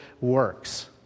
works